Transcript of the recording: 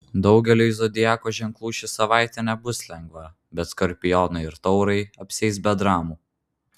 daugeliui zodiako ženklų ši savaitė nebus lengva bet skorpionai ir taurai apsieis be dramų